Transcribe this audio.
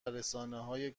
رسانههای